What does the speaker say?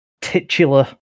titular